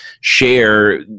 share